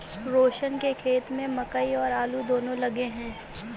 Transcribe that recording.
रोशन के खेत में मकई और आलू दोनो लगे हैं